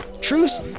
Truce